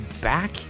back